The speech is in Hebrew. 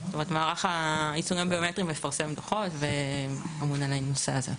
מערך היישום הביומטרי מפרסם דוחות ואמון על הנושא הזה.